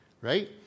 right